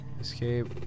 Escape